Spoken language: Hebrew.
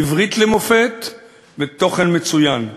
עברית למופת ותוכן מצוין.